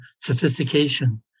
sophistication